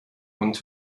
und